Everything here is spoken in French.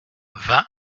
vingt